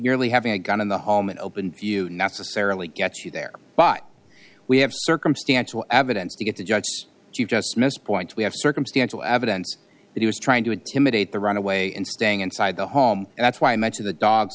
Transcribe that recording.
merely having a gun in the home an open view necessarily gets you there but we have circumstantial evidence to get the judge just missed point we have circumstantial evidence that he was trying to intimidate the runaway and staying inside the home and that's why i mention the dogs